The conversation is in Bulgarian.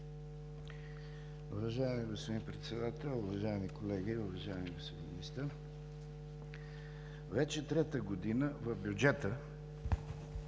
Уважаеми господин Председател, уважаеми колеги! Уважаеми господин Министър, вече трета година в бюджета